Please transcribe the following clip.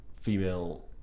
female